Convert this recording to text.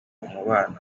umubano